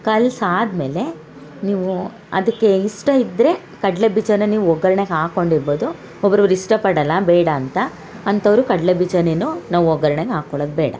ಕಲ್ಸಾದ ಮೇಲೆ ನೀವು ಅದಕ್ಕೆ ಇಷ್ಟ ಇದ್ದರೆ ಕಡ್ಲೆ ಬೀಜನ ನೀವು ಒಗ್ಗರ್ಣೆಗೆ ಹಾಕೊಂಡಿರ್ಬೌದು ಒಬ್ಬೊಬ್ರು ಇಷ್ಟ ಪಡಲ್ಲ ಬೇಡ ಅಂತ ಅಂಥವ್ರು ಕಡ್ಲೆ ಬೀಜನೇನು ನಾವು ಒಗ್ಗರ್ಣೆಗೆ ಹಾಕೊಳ್ಳೋದು ಬೇಡ